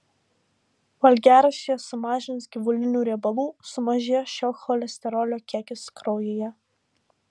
valgiaraštyje sumažinus gyvulinių riebalų sumažėja šio cholesterolio kiekis kraujyje